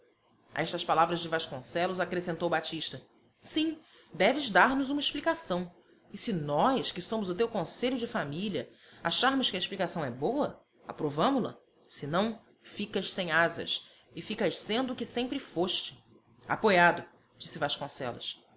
a estas palavras de vasconcelos acrescentou batista sim deves dar-nos uma explicação e se nós que somos o teu conselho de família acharmos que a explicação é boa aprovamo la senão ficas sem asas e ficas sendo o que sempre foste apoiado disse vasconcelos